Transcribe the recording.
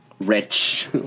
rich